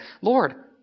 Lord